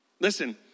Listen